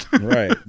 Right